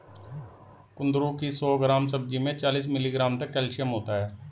कुंदरू की सौ ग्राम सब्जी में चालीस मिलीग्राम तक कैल्शियम होता है